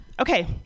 Okay